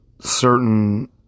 certain